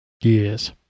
Yes